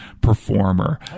performer